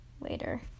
later